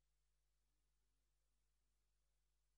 להם